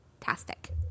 fantastic